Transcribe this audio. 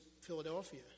Philadelphia